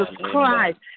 Christ